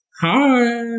Hi